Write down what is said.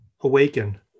awaken